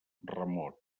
remots